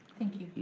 thank you,